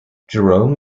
jerome